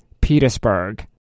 Petersburg